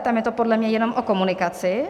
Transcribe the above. Tam je to podle mě jenom o komunikaci.